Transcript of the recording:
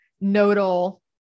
nodal